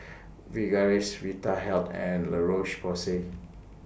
Sigvaris Vitahealth and La Roche Porsay